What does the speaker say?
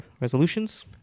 resolutions